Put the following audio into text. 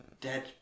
dead